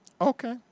Okay